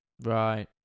right